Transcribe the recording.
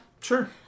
Sure